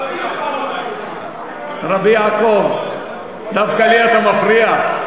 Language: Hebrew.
רב יעקב, דווקא לי אתה מפריע?